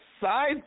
Side